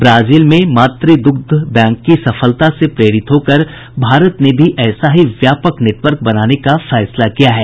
Brazil में मातृ द्रग्ध बैंक की सफलता से प्रेरित होकर भारत ने भी ऐसा ही व्यापक नेटवर्क बनाने का फैसला किया है